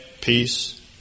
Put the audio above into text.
peace